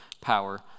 power